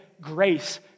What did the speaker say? grace